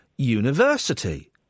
University